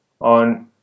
on